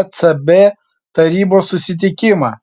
ecb tarybos susitikimą